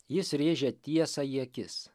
jis rėžia tiesą į akis